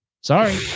Sorry